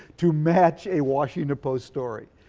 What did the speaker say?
to match a washington post story.